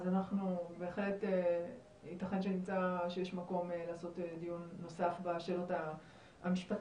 אז אנחנו בהחלט ייתכן שנמצא שיש מקום לעשות דיון נוסף בשאלות המשפטיות,